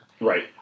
Right